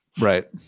Right